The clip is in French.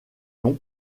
long